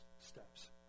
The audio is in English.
steps